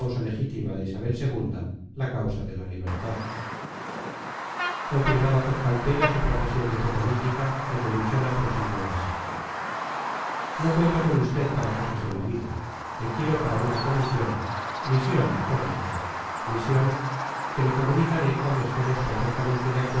legítima de isabel ii la causa de la libertad confirmada por calpena su profesión de fe política el de luchana prosiguió así no cuento con usted para cosas de milicia le quiero para una comisión misión mejor dicho misión que le comunicaré cuando estemos perfectamente